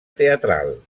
teatral